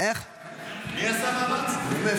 אני אומר,